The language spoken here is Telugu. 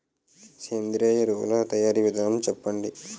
సేంద్రీయ ఎరువుల తయారీ విధానం చెప్పండి?